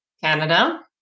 canada